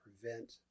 prevent